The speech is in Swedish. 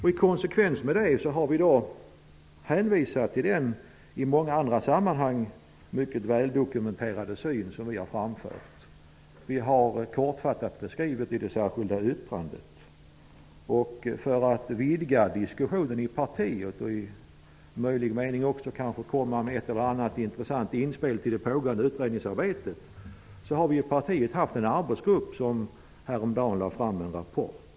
I konsekvens med det har vi hänvisat till den i många andra sammanhang väldokumenterade syn som vi har framfört. Vi har kortfattat beskrivit den i det särskilda yttrandet. För att vidga diskussionen i partiet och kanske också komma med ett eller annat intressant inspel i det pågående utredningsarbetet har vi i partiet haft en arbetsgrupp som häromdagen lade fram en rapport.